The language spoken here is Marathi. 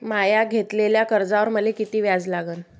म्या घेतलेल्या कर्जावर मले किती व्याज लागन?